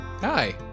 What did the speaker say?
Hi